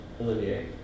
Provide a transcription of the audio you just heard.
Olivier